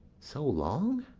so long?